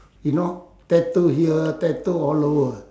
you know tattoo here tattoo all over